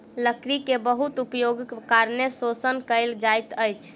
लकड़ी के बहुत उपयोगक कारणें शोषण कयल जाइत अछि